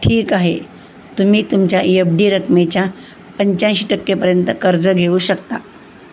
ठीक आहे तुम्ही तुमच्या एफ डी रकमेच्या पंच्याऐंशी टक्केपर्यंत कर्ज घेऊ शकता